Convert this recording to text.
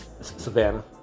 Savannah